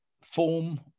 form